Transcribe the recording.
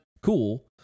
cool